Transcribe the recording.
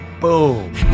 boom